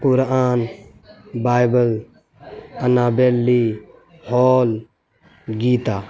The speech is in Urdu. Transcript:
قرآن بائبل انابیلی ہون گیتا